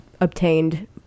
obtained